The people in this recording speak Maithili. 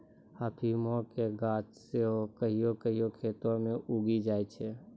अफीमो के गाछ सेहो कहियो कहियो खेतो मे उगी जाय छै